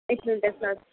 ఇట్ల ఉంటుంది సార్